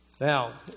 Now